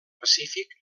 pacífic